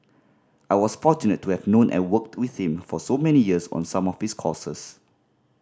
I was fortunate to have known and worked with him for so many years on some of his causes